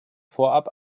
vorab